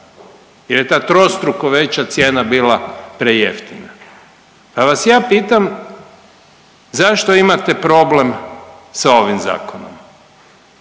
jer je ta trostruko veća cijena bila prejeftina. Pa vas ja pitam zašto imate problem sa ovim zakonom?